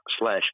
slash